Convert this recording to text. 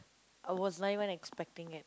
I was not even expecting it